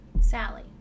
Sally